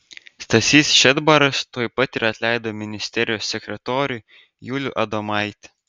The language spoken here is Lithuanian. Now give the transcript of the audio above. stasys šedbaras tuoj pat ir atleido ministerijos sekretorių julių adomaitį